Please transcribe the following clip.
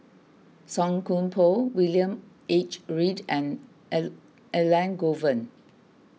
Song Koon Poh William H Read and Elangovan